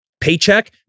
paycheck